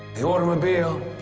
the automobile,